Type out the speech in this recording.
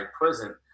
present